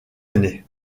année